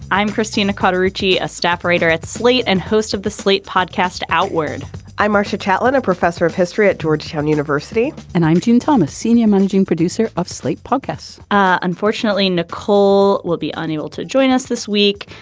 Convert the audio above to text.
i'm christina cutter ritchie a staff writer at slate and host of the slate podcast outward i'm marsha catlin a professor of history at georgetown university and i'm gene thomas senior managing producer of slate podcasts unfortunately nicole will be unable to join us this week.